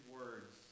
words